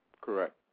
Correct